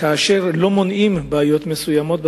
כאשר לא מונעים בעיות מסוימות,